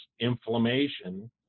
inflammation